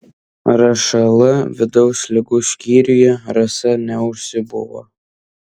ršl vidaus ligų skyriuje rasa neužsibuvo